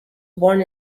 born